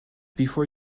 before